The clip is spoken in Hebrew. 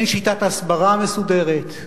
אין שיטת הסברה מסודרת,